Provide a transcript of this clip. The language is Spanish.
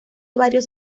varios